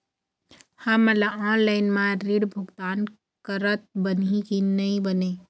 हमन ला ऑनलाइन म ऋण भुगतान करत बनही की नई बने?